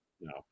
No